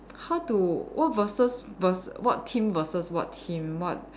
how to what versus vers~ what team versus what team what